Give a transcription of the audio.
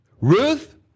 Ruth